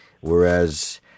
whereas